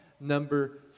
Number